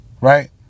right